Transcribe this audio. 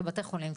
כבתי חולים,